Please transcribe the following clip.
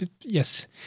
Yes